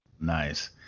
nice